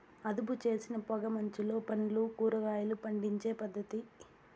అదుపుచేసిన పొగ మంచులో పండ్లు, కూరగాయలు పండించే పద్ధతి